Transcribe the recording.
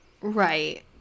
Right